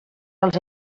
els